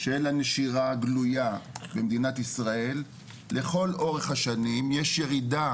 של הנשירה הגלויה במדינת ישראל לכל אורך השנים יש ירידה